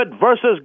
versus